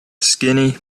skinny